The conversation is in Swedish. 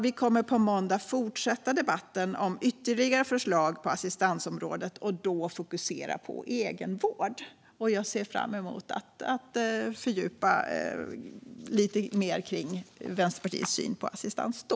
Vi kommer på måndag att fortsätta debatten om ytterligare förslag på assistansområdet och då fokusera på egenvård. Jag ser fram emot att fördjupa diskussionen lite mer kring Vänsterpartiets syn på assistans då.